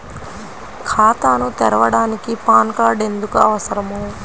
ఖాతాను తెరవడానికి PAN card ఎందుకు అవసరము?